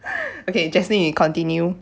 okay you jaslyn 你 continue